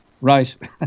right